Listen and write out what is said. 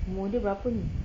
umur dia berapa ni